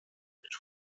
mit